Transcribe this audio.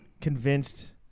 convinced